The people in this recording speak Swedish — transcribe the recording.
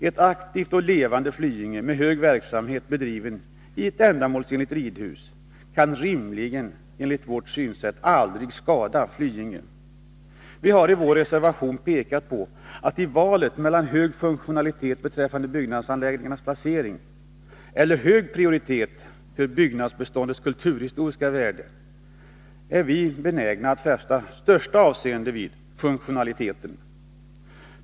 En aktiv verksamhet, bedriven i ett ändamålsenligt ridhus, kan enligt vårt synsätt rimligen aldrig vara till skada för ett levande Flyinge. Vi har i vår reservation pekat på att vi, i valet mellan att åstadkomma hög funktionalitet genom byggnadsanläggningens placering och att ge byggnadsbeståndets kulturhistoriska värde hög prioriet, är benägna att fästa större avseende vid funktionaliteten.